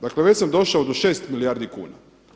Dakle, već sam došao do 6 milijardi kuna.